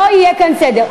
לא יהיה כאן סדר.